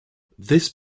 this